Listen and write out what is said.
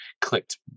clicked